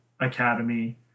Academy